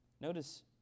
Notice